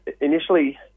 Initially